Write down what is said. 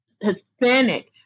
Hispanic